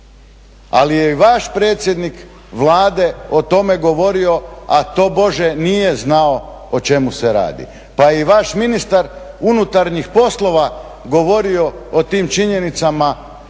ali je i vaš predsjednik Vlade o tome govorio a tobože nije znao o čemu se radi, pa je i vaš ministar unutarnjih poslova govorio o tim činjenicama